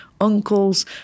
uncles